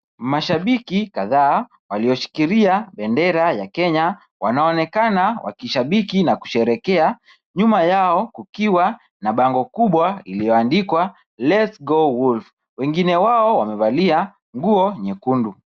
Mashabiki kadhaa walioshikilia bendera ya Kenya wanaonekana wakishabiki na kusherehekea, nyuma yao kukiwa na bango kubwa iliyoandikwa Let's go Wolf . Wengine wao wamevalia nguo nyekundu.